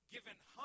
given